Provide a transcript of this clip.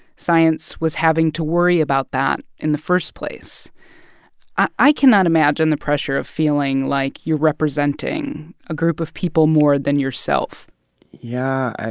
science was having to worry about that in the first place i cannot imagine the pressure of feeling like you're representing a group of people more than yourself yeah.